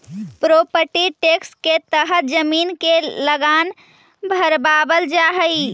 property tax के तहत जमीन के लगान भरवावल जा हई